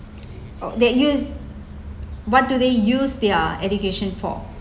they use what do they use their education for